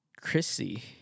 Chrissy